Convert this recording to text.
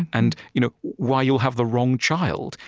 and you know why you'll have the wrong child,